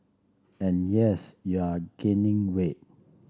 and yes you're gaining weight